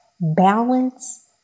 Balance